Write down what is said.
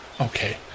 Okay